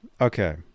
Okay